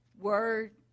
Word